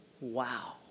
Wow